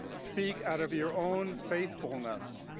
speak out of your own faithfulness,